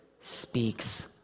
speaks